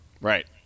Right